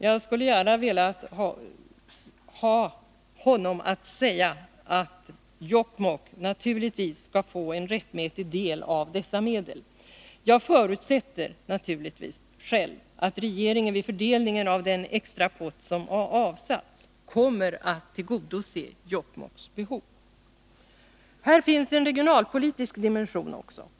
Jag skulle gärna velat ha honom att säga att Jokkmokk naturligtvis skall få en rättmätig del av dessa medel. Jag förutsätter naturligtvis själv att regeringen vid fördelningen av den extra pott som avsatts kommer att tillgodose Jokkmokks behov. Här finns en regionalpolitisk dimension också.